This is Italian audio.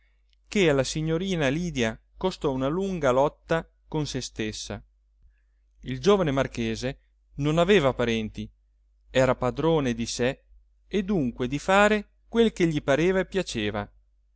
che alla signorina lydia costò una lunga lotta con sé stessa il giovane marchese non aveva parenti era padrone di sé e dunque di fare quel che gli